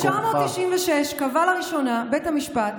ב-1996 קבע לראשונה בית המשפט